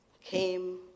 came